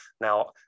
now